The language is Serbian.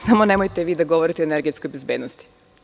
Samo nemojte vi da govorite o energetskoj bezbednosti.